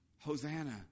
Hosanna